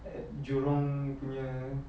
at jurong punya